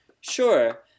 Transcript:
Sure